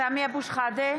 סמי אבו שחאדה,